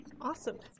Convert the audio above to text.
Awesome